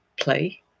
play